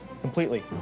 completely